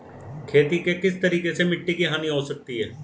खेती के किस तरीके से मिट्टी की हानि हो सकती है?